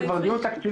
זה כבר דיון תקציבי,